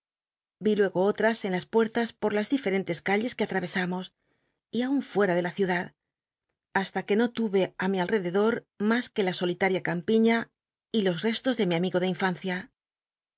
ví luego otms cn la puertas por las rlifl rcntc calles que atraycsa mos y aun fuera de la ciudad hasta que no tuye ü rni alrededor mas que la solitaria campiiia y los restos de mi amigo de infancia